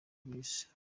by’isi